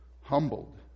humbled